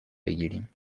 بگیریم